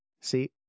See